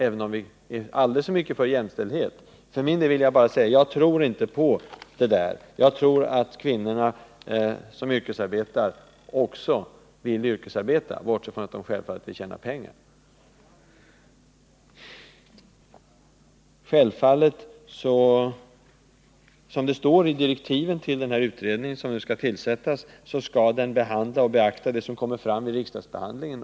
Men jag är övertygad om att kvinnor som yrkesarbetar — bortsett från att de självfallet vill tjäna pengar — också vill yrkesarbeta, så jag tror inte på Ingegerd Troedssons resonemang. Det står i direktiven till den utredning som nu skall tillsättas att den skall behandla och beakta det som kommer fram vid riksdagsbehandlingen.